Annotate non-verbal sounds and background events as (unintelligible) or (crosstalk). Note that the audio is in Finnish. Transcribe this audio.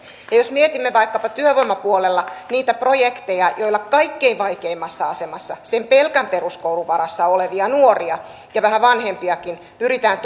ja jos mietimme vaikkapa työvoimapuolella niitä projekteja joilla kaikkein vaikeimmassa asemassa sen pelkän peruskoulun varassa olevia nuoria ja vähän vanhempiakin pyritään (unintelligible)